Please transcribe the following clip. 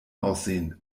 aussehen